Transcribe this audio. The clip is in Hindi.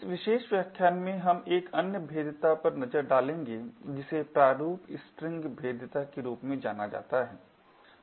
इस विशेष व्याख्यान में हम एक अन्य भेद्यता पर नज़र डालेंगे जिसे प्रारूप स्ट्रिंग भेद्यता के रूप में जाना जाता है